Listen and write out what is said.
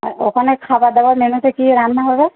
ওখানে খাবার দাবার মেন্যুতে কি রান্না হবে